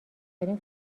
دارین